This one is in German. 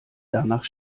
danach